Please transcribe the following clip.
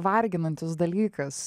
varginantis dalykas